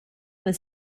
was